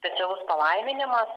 specialus palaiminimas